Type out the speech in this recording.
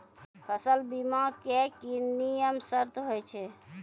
फसल बीमा के की नियम सर्त होय छै?